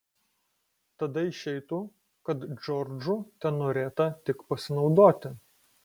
tada išeitų kad džordžu tenorėta tik pasinaudoti